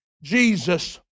Jesus